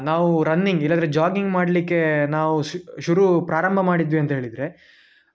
ನಾವು ರನ್ನಿಂಗ್ ಇಲ್ಲದ್ದರೆ ಜಾಗಿಂಗ್ ಮಾಡ್ಲಿಕ್ಕೆ ನಾವು ಶ್ ಶುರು ಪ್ರಾರಂಭ ಮಾಡಿದ್ವಿ ಅಂತ ಹೇಳಿದರೆ